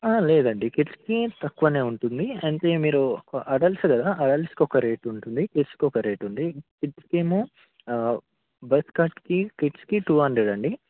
లేదండి ఇక్కడ కిడ్స్కి తక్కువ ఉంటుంది అంటే మీరు అడల్ట్స్ కదా అడల్ట్స్కి ఒక రేట్ ఉంటుంది కిడ్స్కి ఒక రేట్ ఉంది కిడ్స్కేమో బస్ కార్ట్స్కి కిడ్స్కి టూ హండ్రెడ్ అండి